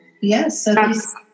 yes